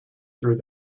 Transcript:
through